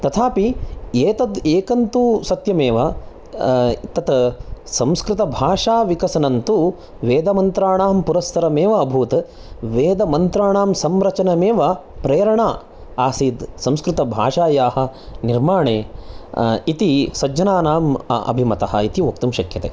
एतद् एकं तु सत्यमेव तत् संस्कृत भाषा विकसनन्तु वेदमन्त्राणां पुरसरमेव अभूत् वेदमन्त्राणां संरचननेव प्रेरणा आसीत् संस्कृतभाषायाः निर्माणे इति सज्जनानाम् अभिमतम् इति वक्तुं शक्यते